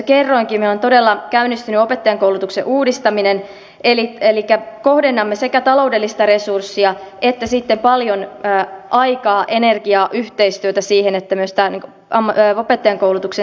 meillä on todella käynnistynyt opettajankoulutuksen uudistaminen elikkä kohdennamme sekä taloudellista resurssia että sitten paljon aikaa energiaa yhteistyötä siihen että myös opettajankoulutuksen sisältö kehittyy